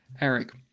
Eric